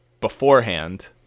beforehand –